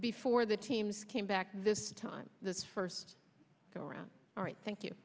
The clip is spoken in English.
before the teams came back this time this first go around all right thank you